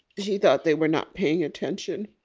she thought they were not paying attention.